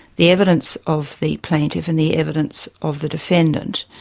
the evidence of the plaintiff and the evidence of the defendant.